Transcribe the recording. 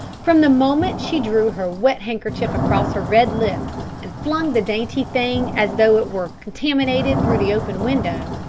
from the moment she drew her wet handkerchief across her red lips and flung the dainty thing as though it were contaminated through the open window,